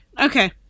Okay